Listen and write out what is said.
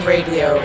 Radio